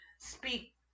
speak